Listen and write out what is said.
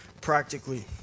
practically